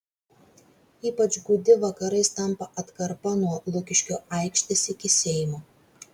ypač gūdi vakarais tampa atkarpa nuo lukiškių aikštės iki seimo